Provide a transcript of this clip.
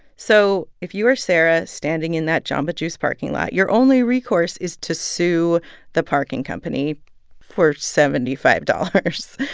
so if you are sarah standing in that jamba juice parking lot, your only recourse is to sue the parking company for seventy five dollars,